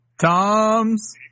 Tom's